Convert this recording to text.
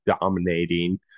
dominating